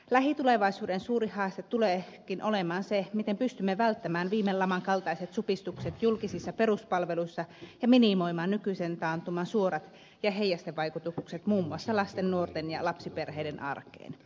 lähitulevaisuuden suuri haaste tuleekin olemaan se miten pystymme välttämään viime laman kaltaiset supistukset julkisissa peruspalveluissa ja minimoimaan nykyisen taantuman suorat vaikutukset ja heijastevaikutukset muun muassa lasten nuorten ja lapsiperheiden arkeen